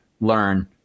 learn